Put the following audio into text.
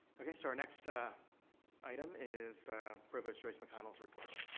okay. so, our next item is provost joyce mcconnell's report.